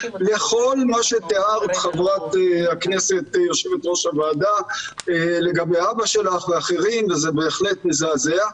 וכל מה שתיארת ח"כ יו"ר הוועדה לגבי אבא שלך ואחרים וזה בהחלט מזעזע,